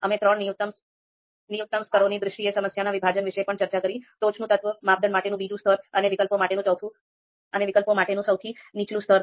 અમે ત્રણ ન્યુનત્તમ સ્તરોની દ્રષ્ટિએ સમસ્યાના વિભાજન વિશે પણ ચર્ચા કરી ટોચનું તત્વ માપદંડ માટેનું બીજું સ્તર અને વિકલ્પો માટેનું સૌથી નીચલું સ્તર